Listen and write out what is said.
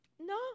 no